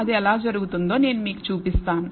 అది ఎలా జరుగుతుందో నేను మీకు చూపిస్తాను